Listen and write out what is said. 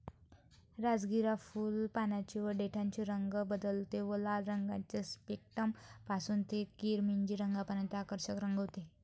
राजगिरा फुल, पानांचे व देठाचे रंग बदलते व लाल रंगाचे स्पेक्ट्रम पासून ते किरमिजी रंगापर्यंत आकर्षक रंग होते